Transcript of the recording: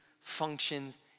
functions